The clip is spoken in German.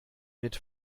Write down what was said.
mit